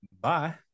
Bye